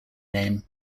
name